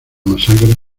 masacre